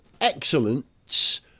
excellence